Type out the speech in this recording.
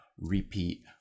repeat